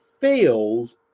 fails